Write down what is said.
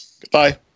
Goodbye